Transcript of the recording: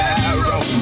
arrow